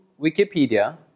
Wikipedia